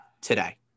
today